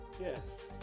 Yes